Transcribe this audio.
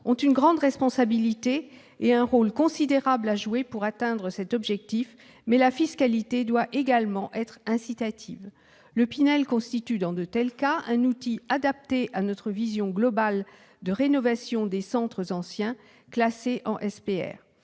ont une grande responsabilité en la matière. Ils ont un rôle considérable à jouer pour atteindre cet objectif. Mais la fiscalité doit également être incitative. Le Pinel constitue, dans de tels cas, un outil adapté à notre vision globale de rénovation des centres anciens classés en SPR.